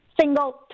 single